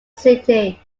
city